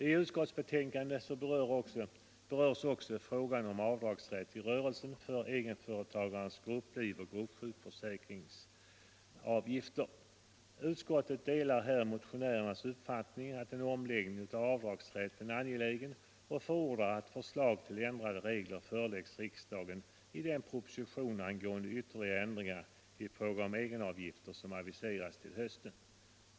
I utskottsbetänkandet berörs också frågan om avdragsrätt i rörelsen för egenföretagarnas grupplivsoch gruppsjukförsäkringsavgifter. Utskottet delar motionärernas uppfattning, att en omläggning av avdragsrätten är angelägen, och förordar att förslag till ändrade regler föreläggs riksdagen i den proposition angående ytterligare ändringar i fråga om egenavgifterna, som aviserats till hösten.